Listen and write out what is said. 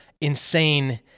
insane